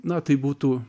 na tai būtų